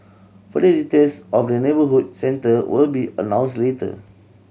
further details of the neighbourhood centre will be announced later